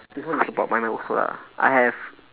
this one is about my mine also ah I have